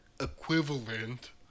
equivalent